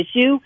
issue